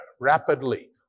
Rapidly